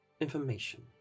information